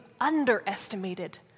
underestimated